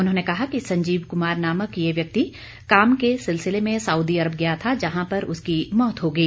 उन्होंने कहा कि संजीव कुमार नामक यह व्यक्ति काम के सिलसिले में सउदी अरब गया था जहां पर उसकी मौत हो गई